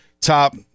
top